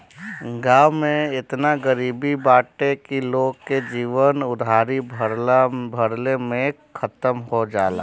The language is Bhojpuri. गांव में एतना गरीबी बाटे की लोग के जीवन उधारी भरले में खतम हो जाला